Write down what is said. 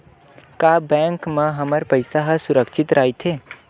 का बैंक म हमर पईसा ह सुरक्षित राइथे?